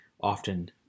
often